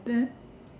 then